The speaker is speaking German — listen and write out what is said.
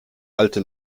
alte